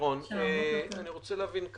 אני רוצה להבין,